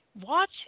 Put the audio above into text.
Watch